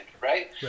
right